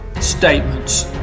statements